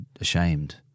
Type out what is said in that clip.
ashamed